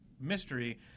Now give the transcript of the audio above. mystery